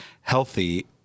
healthy